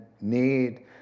need